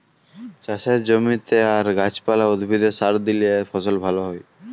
চাষের জমিতে আর গাহাচ পালা, উদ্ভিদে সার দিইলে ফসল ভাল হ্যয়